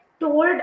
told